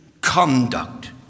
conduct